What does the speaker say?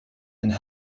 and